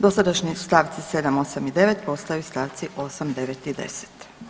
Dosadašnji stavci 7., 8. i 9. postaju stavci 8., 9. i 10.